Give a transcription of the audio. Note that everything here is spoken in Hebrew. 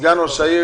סגן ראש העיר,